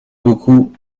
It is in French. beaucoup